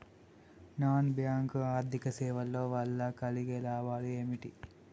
Non bank ఆర్థిక సేవల వల్ల కలిగే లాభాలు ఏమిటి?